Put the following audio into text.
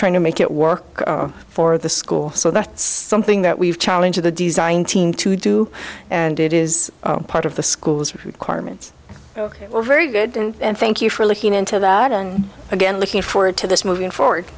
trying to make it work for the school so that's something that we've challenge the design team to do and it is part of the school's requirements were very good and thank you for looking into that and again looking forward to this moving forward